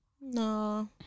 no